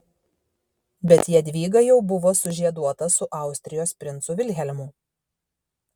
bet jadvyga jau buvo sužieduota su austrijos princu vilhelmu